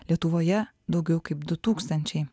lietuvoje daugiau kaip du tūkstančiai